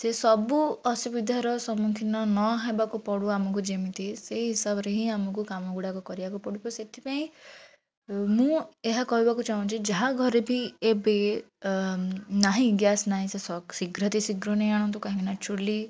ସେଇସବୁ ଅସୁବିଧାର ସମ୍ମୁଖୀନ ନହେବାକୁ ପଡ଼ୁ ଆମକୁ ଯେମିତି ସେଇ ହିସାବରେ ହିଁ ଆମକୁ କାମଗୁଡ଼ା କରିବାକୁ ପଡ଼ିବ ସେଥିପାଇଁ ମୁଁ ଏହା କହିବାକୁ ଚାହୁଁଛି ଯାହା ଘରେ ବି ଏବେ ନାହିଁ ଗ୍ୟାସ୍ ନାହିଁ ସେ ଶୀଘ୍ର ଅତି ଶୀଘ୍ର ନେଇ ଆଣନ୍ତୁ କାହିଁକିନା ଚୂଲି